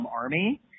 army